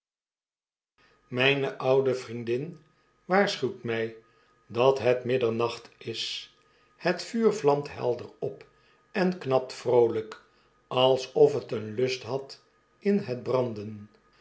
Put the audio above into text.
myne oude vriendin waarschuwt my dat het middernacht is het vuur vlamt helder op en knapt vroolijk alsof het een lust had in het branden